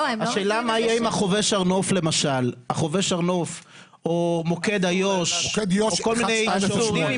השאלה מה יהיה עם ה"חובש הר נוף" למשל או מוקד יו"ש או כל מי שעובד עם